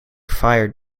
fire